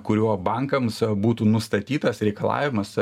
kuriuo bankams būtų nustatytas reikalavimas